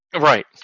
Right